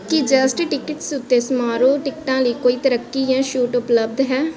ਕੀ JustTickets ਉੱਤੇ ਸਮਾਰੋਹ ਟਿਕਟਾਂ ਲਈ ਕੋਈ ਤਰੱਕੀ ਜਾਂ ਛੋਟ ਉਪਲੱਬਧ ਹੈ